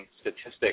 statistics